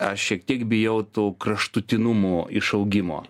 aš šiek tiek bijau tų kraštutinumų išaugimo